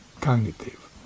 cognitive